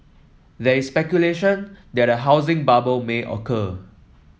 there is speculation that a housing bubble may occur